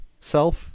self